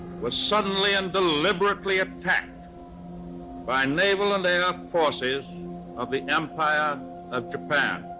was suddenly and deliberately attacked by naval and air forces of the empire of japan.